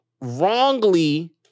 wrongly